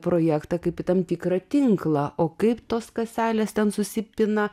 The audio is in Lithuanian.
projektą kaip į tam tikrą tinklą o kaip tos kaselės ten susipina